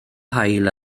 haul